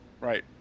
Right